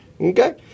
Okay